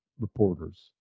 reporters